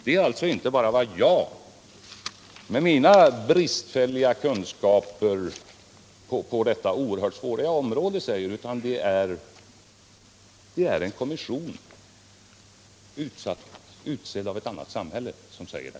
Det är alltså inte bara vad jag med mina bristfälliga kunskaper på detta oerhört svåra område säger, utan det är en sakkunnig kommission i USA som säger det.